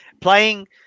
playing